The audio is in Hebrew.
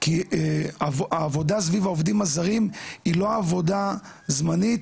כי העבודה סביב העובדים הזרים היא לא עבודה זמנית,